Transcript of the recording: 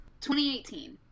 2018